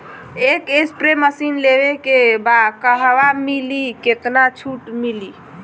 एक spray machine लेवे के बा कहवा मिली केतना छूट मिली?